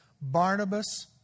Barnabas